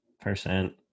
percent